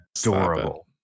adorable